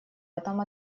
этом